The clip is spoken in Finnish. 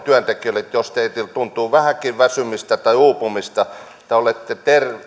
työntekijöille että jos teillä tuntuu vähänkin väsymistä tai uupumista tai olette